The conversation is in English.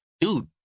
dude